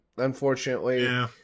Unfortunately